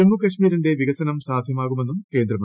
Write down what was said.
ജമ്മു കാശ്മീരിന്റെ വികസനം സാധ്യമാകുമെന്നും കേന്ദ്രമന്തി